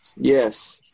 Yes